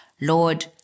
Lord